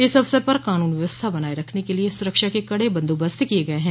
इस अवसर पर कानून व्यवस्था बनाये रखने के लिए सुरक्षा के कड़े बंदोबस्त किये गये हैं